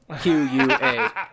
Q-U-A